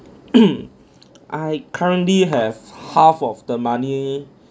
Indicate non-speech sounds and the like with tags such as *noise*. *coughs* I currently have half of the money